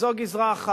אז זו גזירה אחת.